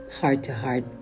heart-to-heart